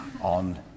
on